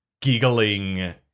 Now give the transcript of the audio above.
giggling